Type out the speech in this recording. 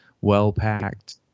well-packed